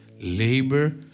Labor